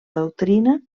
doctrina